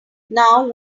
now